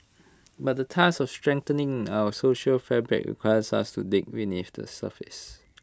but the task of strengthening our social fabric requires us to dig beneath the surface